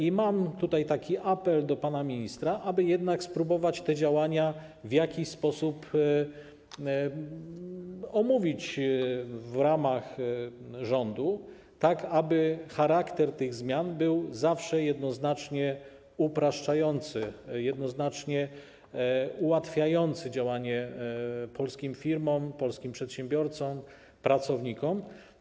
I mam taki apel do pana ministra, aby jednak spróbować te działania w jakiś sposób omówić w ramach prac rządu, tak aby charakter tych zmian był zawsze jednoznacznie upraszczający, jednoznacznie ułatwiający działanie polskim firmom, polskim przedsiębiorcom, pracownikom.